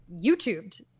YouTubed